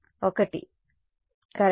1 correct